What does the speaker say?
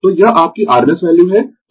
तो यह आपकी rms वैल्यू है